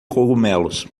cogumelos